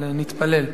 אבל נתפלל.